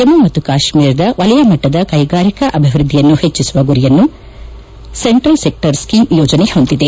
ಜಮ್ಮ ಮತ್ತು ಕಾಶ್ಮೀರದ ವಲಯಮಟ್ಟದ ಕೈಗಾರಿಕಾ ಅಭಿವೃದ್ಧಿಯನ್ನು ಹೆಚ್ಚಿಸುವ ಗುರಿಯನ್ನು ಸೆಂಟ್ರಲ್ ಸೆಕ್ಟರ್ ಸ್ಕೀಮ್ ಯೋಜನೆ ಹೊಂದಿದೆ